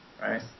right